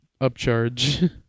upcharge